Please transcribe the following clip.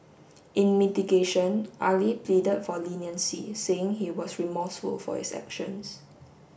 in mitigation Ali pleaded for leniency saying he was remorseful for his actions